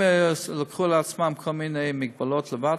הם לקחו לעצמם כל מיני הגבלות לבד,